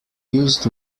used